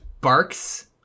barks